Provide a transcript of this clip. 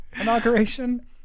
Inauguration